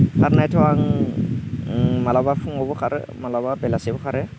खारनायाथ' आं माब्लाबा फुङावबो खारो माब्लाबा बेलासेयावबो खारो